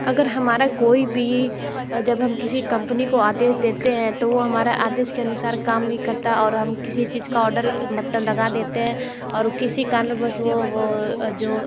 अगर हमारा कोई भी जब हम किसी कंपनी को आदेश देते हैं तो वह हमारा आदेश के अनुसार काम नहीं करता और हम किसी चीज का आर्डर मतलब लगा देते हैं और किसी कारण बस वह जो